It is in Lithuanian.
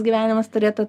gyvenimas turėtų